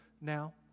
now